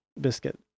biscuit